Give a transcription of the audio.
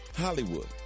Hollywood